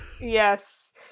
Yes